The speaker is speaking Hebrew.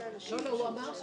אין נמנעים,